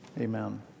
Amen